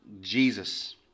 Jesus